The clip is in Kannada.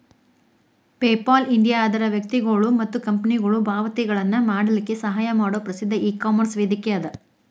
ಪೇಪಾಲ್ ಇಂಡಿಯಾ ಅದರ್ ವ್ಯಕ್ತಿಗೊಳು ಮತ್ತ ಕಂಪನಿಗೊಳು ಪಾವತಿಗಳನ್ನ ಮಾಡಲಿಕ್ಕೆ ಸಹಾಯ ಮಾಡೊ ಪ್ರಸಿದ್ಧ ಇಕಾಮರ್ಸ್ ವೇದಿಕೆಅದ